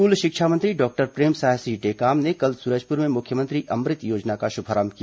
school शिक्षा मंत्री doctor Premsai Singh Tekam ने कल सूरजपुर में मुख्यमंत्री अमृत योजना का शुभारंभ किया